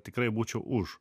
tikrai būčiau už